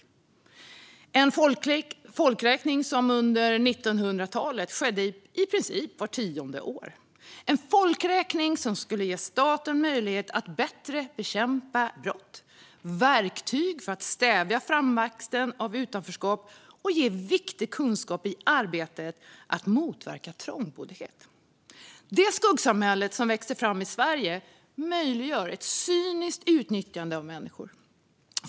Det är en folkräkning som under 1900-talet skedde i princip vart tionde år. Det är en folkräkning skulle ge staten möjlighet att bättre bekämpa brott, verktyg för att stävja framväxten av utanförskap och ge viktig kunskap i arbetet att motverka trångboddhet. Det skuggsamhälle som växer fram i Sverige möjliggör ett cyniskt utnyttjande av människor.